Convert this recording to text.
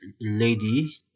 lady